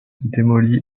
démoli